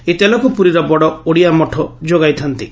ଏହି ତେଲକୁ ପୁରୀର ବଡ଼ ଓଡ଼ିଆ ମଠ ଯୋଗାଇଥାନ୍ତି